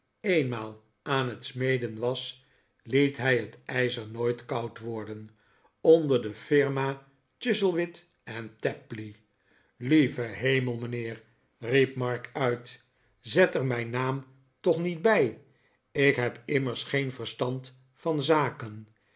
eenmaal aan het smeden was liet hij het ijzer nooit koud worden onder de firma chuzzlewit en tapley lieve hemel mijnheer riep mark url zet er mijn naam toch niet bij ik heb immers geen verstand van de zaken